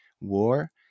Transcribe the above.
war